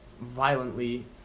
violently